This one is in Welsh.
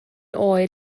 oer